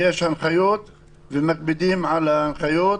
יש הנחיות ומקפידים על ההנחיות,